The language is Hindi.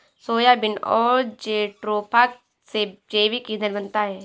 सोयाबीन और जेट्रोफा से जैविक ईंधन बनता है